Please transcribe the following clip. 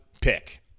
pick